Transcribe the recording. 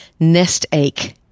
Nestache